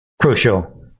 crucial